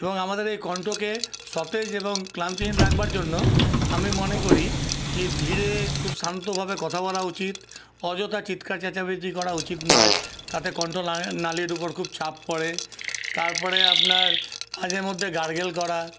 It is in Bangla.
এবং আমাদের এই কন্ঠকে সতেজ এবং ক্লান্তিহীন রাখবার জন্য আমি মনে করি কি ধীরে খুব শান্তভাবে কথা বলা উচিত অযথা চিৎকার চেঁচামেচি করা উচিত নয় তাতে কন্ঠ না নালীর উপর খুব চাপ পড়ে তারপরে আপনার মাঝে মধ্যে গার্গেল করা